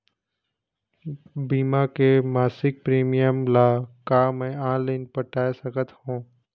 बीमा के मासिक प्रीमियम ला का मैं ऑनलाइन पटाए सकत हो?